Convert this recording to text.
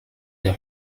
der